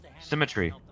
symmetry